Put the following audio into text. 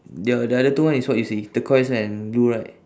the the other two one is what you see turquoise and blue right